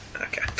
Okay